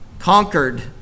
conquered